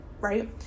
right